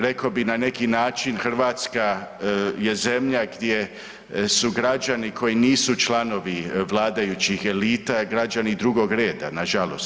Rekao bih na neki način Hrvatska je zemlja gdje su građani koji nisu članovi vladajućih elita građani drugog reda na žalost.